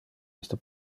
iste